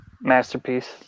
Masterpiece